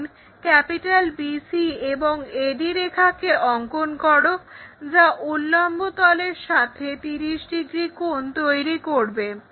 এখন BC বা AD রেখাকে অঙ্কন করো যা উল্লম্ব তলের সাথে 30 ডিগ্রী কোণ তৈরি করবে